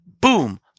boom